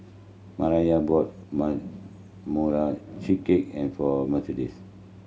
Maiya bought cheesecake and for Mercedes